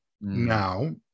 now